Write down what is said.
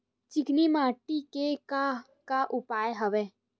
चिकनी माटी के का का उपयोग हवय?